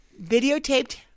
videotaped